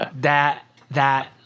that—that